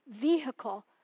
vehicle